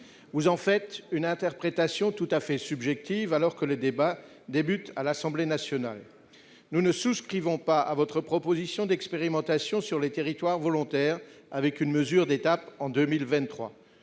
Vous en faites une interprétation tout à fait subjective, alors que le débat débute à l'Assemblée nationale. Nous ne souscrivons pas à votre proposition d'expérimentation sur les territoires volontaires, avec une mesure d'étape en 2023.